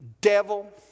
devil